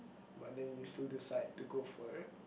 but then you still decide to go for it